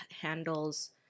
handles